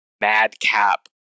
madcap